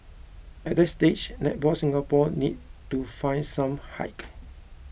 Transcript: at that stage Netball Singapore needed to find some height